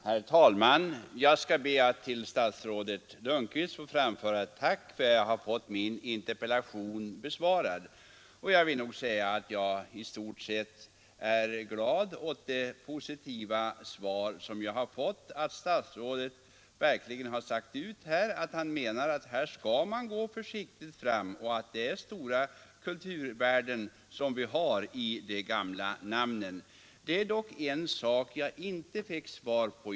Herr talman! Jag ber att till statsrådet Lundkvist få framföra ett tack för att jag har fått min interpellation besvarad. Jag är i stort sett glad åt det positiva svar som jag har fått, där statsrådet verkligen har sagt ut att han menar att man skall gå försiktigt fram och att de gamla ortnamnen representerar stora kulturvärden. Jag fick dock inte svar på en fråga.